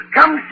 Come